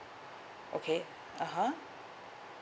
okay (uh huh)